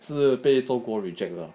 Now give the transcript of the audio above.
是被中国 reject 了